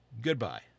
goodbye